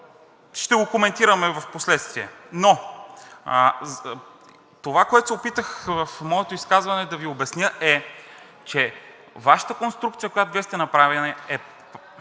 ще го коментираме впоследствие. Но това, което се опитах в моето изказване да Ви обясня, е, че Вашата конструкция, която Вие сте направили, е